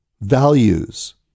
values